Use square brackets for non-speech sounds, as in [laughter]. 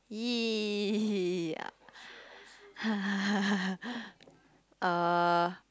!ee! yeah [laughs] uh